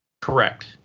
Correct